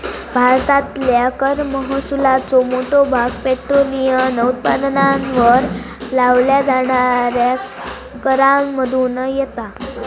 भारतातल्या कर महसुलाचो मोठो भाग पेट्रोलियम उत्पादनांवर लावल्या जाणाऱ्या करांमधुन येता